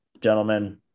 Gentlemen